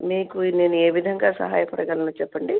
మీకు నేను ఏ విధంగా సహాయ పడగలను చెప్పండి